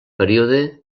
període